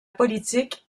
politique